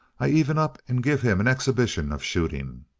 i even up and give him an exhibition of shooting.